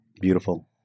Beautiful